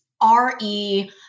R-E